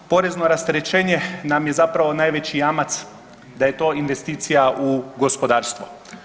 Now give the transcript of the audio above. Porezno rasterećenje nam je zapravo najveći jamac da je to investicija u gospodarstvo.